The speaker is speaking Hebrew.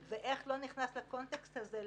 אדוני חבר כנסת, וכמובן, זו לא עבירה של הסתה.